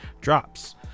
drops